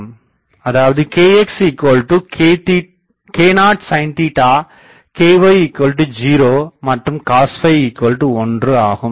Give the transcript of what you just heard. அதாவது kxk0sin ky0 மற்றும் cos 1 ஆகும்